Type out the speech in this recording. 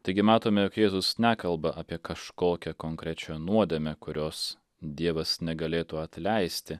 taigi matome jog jėzus nekalba apie kažkokią konkrečią nuodėmę kurios dievas negalėtų atleisti